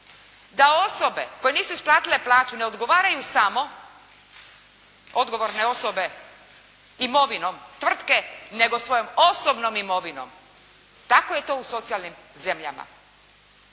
da osobe koje nisu isplatile plaću ne odgovaraju samo odgovorne osobe imovinom tvrtke, nego svojom osobnom imovinom. Tako je to u socijalnim zemljama.